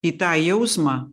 į tą jausmą